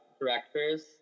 directors